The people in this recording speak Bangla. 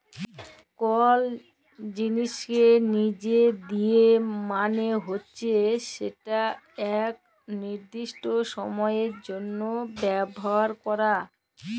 কল জিলিসকে লিজে দিয়া মালে হছে সেটকে ইকট লিরদিস্ট সময়ের জ্যনহে ব্যাভার ক্যরা